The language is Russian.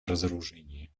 разоружении